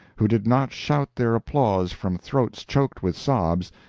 who did not shout their applause from throats choked with sobs,